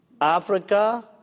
Africa